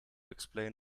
explain